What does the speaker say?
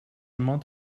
month